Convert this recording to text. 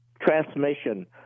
transmission